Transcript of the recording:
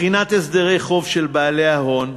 בחינת הסדרי החוב של בעלי ההון,